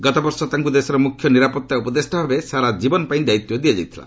ଗତବର୍ଷ ତାଙ୍କୁ ଦେଶର ମୁଖ୍ୟ ନିରାପତ୍ତା ଉପଦେଷ୍ଟା ଭାବେ ସାରାଜୀବନ ପାଇଁ ଦାୟିତ୍ୱ ଦିଆଯାଇଥିଲା